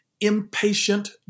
impatient